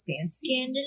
fancy